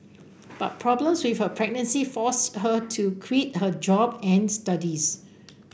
but problems with her pregnancy forced her to quit her job and studies